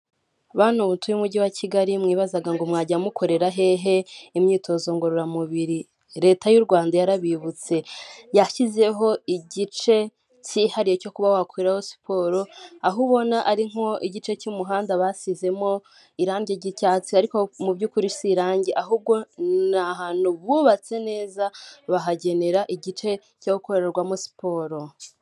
Bantu mutuye umujyi wa Kigali mwibazaga ngo mwajya mukorera hehe imyitozo ngororamubiri leta y' u Rwanda yarabibutse, yashyizeho igice cyihariye cyo kuba wakoreraho siporo aho ubona ari nk'igice cy'umuhanda basizemo irange ry'icyatsi ariko mu by'ukuri si irange ahubwo ni ahantu bubatse neza bahagenera igice cyo gukorerwamo siporo.